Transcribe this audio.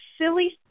silly